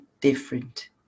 different